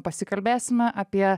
pasikalbėsime apie